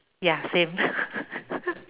ya same